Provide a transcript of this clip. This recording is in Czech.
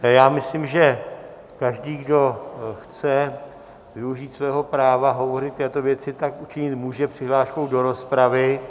Já myslím, že každý, kdo chce využít svého práva hovořit k této věci, tak může učinit přihláškou do rozpravy.